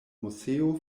moseo